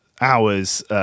hours